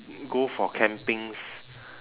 go for campings